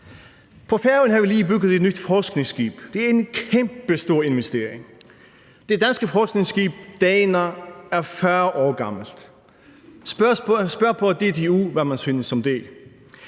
På Færøerne har vi lige bygget et nyt forskningsskib. Det er en kæmpestor investering. Det danske forskningsskib »Dana« er 40 år gammelt. Spørg på DTU, hvad man synes om det.